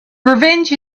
revenge